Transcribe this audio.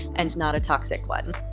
and not a toxic one!